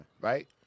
Right